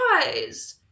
guys